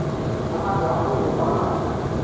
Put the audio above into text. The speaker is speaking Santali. ᱦᱮᱸ ᱢᱟ ᱡᱚᱸᱦᱟᱨ ᱜᱮ ᱨᱚᱲ ᱢᱮ